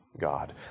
God